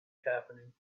happening